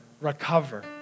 recover